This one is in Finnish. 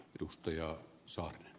herra puhemies